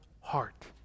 heart